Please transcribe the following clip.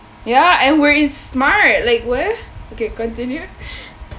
ya and where is smart like where okay continue